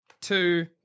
two